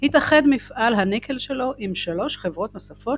התאחד מפעל הניקל שלו עם שלוש חברות נוספות